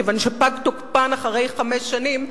כיוון שפג תוקפן אחרי חמש שנים,